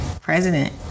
president